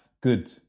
good